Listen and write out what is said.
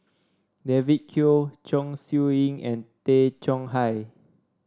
David Kwo Chong Siew Ying and Tay Chong Hai